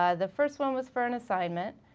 ah the first one was for an assignment.